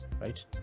right